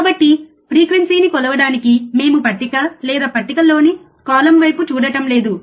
కాబట్టి ఫ్రీక్వెన్సీని కొలవడానికి మేము పట్టిక లేదా పట్టికలోని కాలమ్ వైపు చూడటం లేదు